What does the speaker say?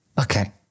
Okay